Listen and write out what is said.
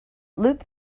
loop